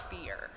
fear